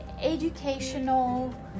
educational